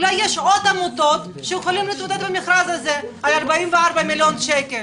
אולי יש עוד עמותות שיכולות להתמודד במכרז הזה על 44 מיליון שקל?